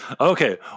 Okay